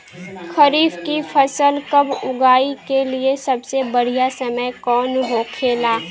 खरीफ की फसल कब उगाई के लिए सबसे बढ़ियां समय कौन हो खेला?